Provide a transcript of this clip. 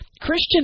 Christian